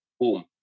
Boom